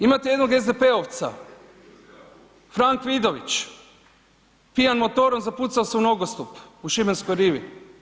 Imate jednog SDP-ovca Frank Vidović pijan motorom zapucao se u nogostup u šibenskoj rivi.